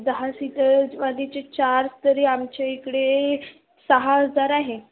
दहा सीटरवालीचे चार्ज तरी आमच्या इकडे सहा हजार आहे